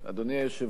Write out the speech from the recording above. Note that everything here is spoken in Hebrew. אדוני היושב-ראש,